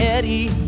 Eddie